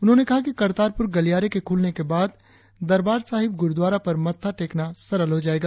उन्होंने कहा कि करतारपुर गलियारे के खुलने के बाद दरबार साहिब गुरुद्वारा पर मत्था टेकना सरल हो जायेगा